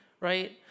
right